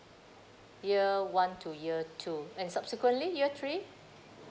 year one to year two and subsequently year three